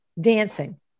dancing